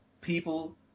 people